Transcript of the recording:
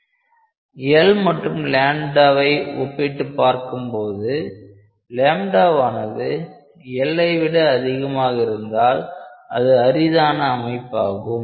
L மற்றும் λவை ஒப்பிட்டு பார்க்கும் போது λவானது Lஐ விட அதிகமாக இருந்தால் அது அரிதான அமைப்பாகும்